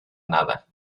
nada